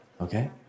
Okay